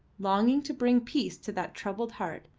longing to bring peace to that troubled heart,